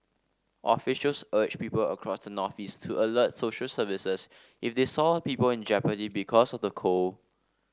officials urged people across the northeast to alert social services if they saw people in jeopardy because of the cold